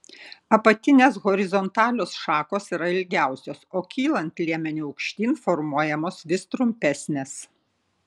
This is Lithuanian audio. apatinės horizontalios šakos yra ilgiausios o kylant liemeniu aukštyn formuojamos vis trumpesnės